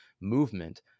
movement